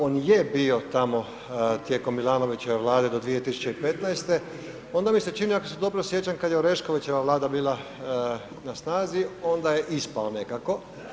On je bio tamo tijekom Milanovićeve vlade do 2015., onda mi se čini ako se dobro sjećam kad je Oreškovićeva vlada bila na snazi onda je ispao nekako.